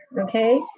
Okay